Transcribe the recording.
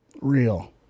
Real